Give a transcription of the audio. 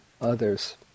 others